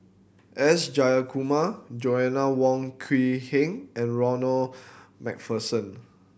S Jayakumar Joanna Wong Quee Heng and Ronald Macpherson